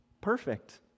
perfect